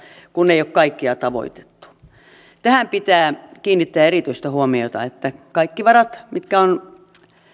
kun ei ole kaikkia tavoitettu tähän pitää kiinnittää erityistä huomiota että kaikki varat mitkä on